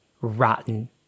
rotten